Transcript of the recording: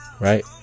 Right